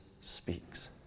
speaks